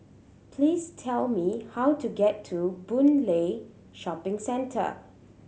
please tell me how to get to Boon Lay Shopping Centre